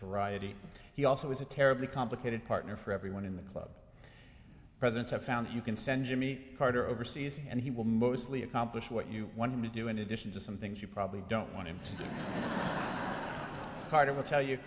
variety he also is a terribly complicated partner for everyone in the club presidents have found you can send jimmy carter overseas and he will mostly accomplish what you want to do in addition to some things you probably don't want him to do carter will tell you